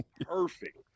perfect